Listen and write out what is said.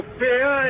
fear